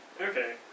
Okay